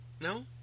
No